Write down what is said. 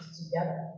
together